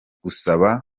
gusaba